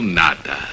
nada